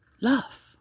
Love